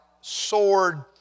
sword